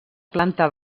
planta